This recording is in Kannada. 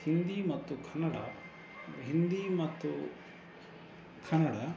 ಹಿಂದಿ ಮತ್ತು ಕನ್ನಡ ಹಿಂದಿ ಮತ್ತು ಕನ್ನಡ